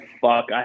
fuck